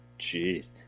jeez